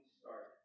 start